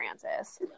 Francis